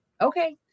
okay